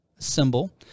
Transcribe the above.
symbol